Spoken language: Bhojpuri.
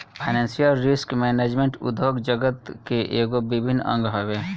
फाइनेंशियल रिस्क मैनेजमेंट उद्योग जगत के एगो अभिन्न अंग हवे